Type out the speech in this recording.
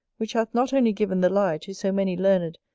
which hath not only given the lie to so many learned,